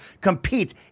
compete